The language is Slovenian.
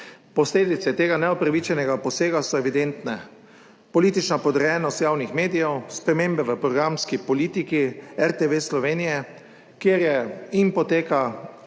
Posledice tega neupravičenega posega so evidentne, politična podrejenost javnih medijev, spremembe v programski politiki RTV Slovenija, kjer je, in poteka